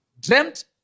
dreamt